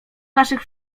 naszych